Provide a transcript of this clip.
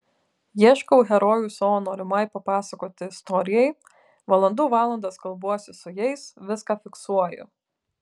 ieškau herojų savo norimai papasakoti istorijai valandų valandas kalbuosi su jais viską fiksuoju